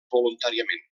voluntàriament